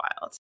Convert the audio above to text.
wild